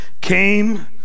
came